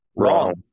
wrong